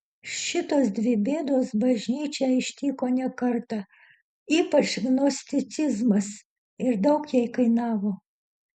šitos dvi bėdos bažnyčią ištiko ne kartą ypač gnosticizmas ir daug jai kainavo